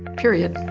period